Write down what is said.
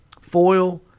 foil